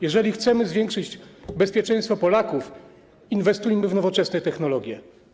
Jeżeli chcemy zwiększyć bezpieczeństwo Polaków, inwestujmy w nowoczesne technologie.